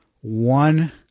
one